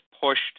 pushed